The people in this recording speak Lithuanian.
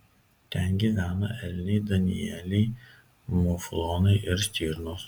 ten gyvena elniai danieliai muflonai ir stirnos